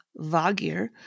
Vagir